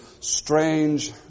strange